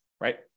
right